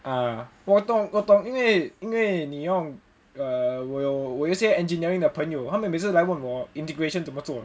ah 我懂我懂因为你用 err 我有我有些 engineering 的朋友他们每次来问我 integration 怎么做